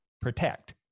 protect